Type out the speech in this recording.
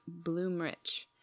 bloomrich